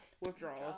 Withdrawals